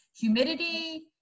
Humidity